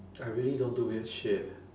I really don't do weird shit